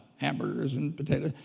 hamburgers and potatoes,